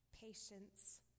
patience